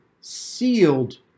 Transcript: sealed